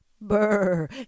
Brr